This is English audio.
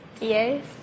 Yes